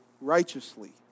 righteously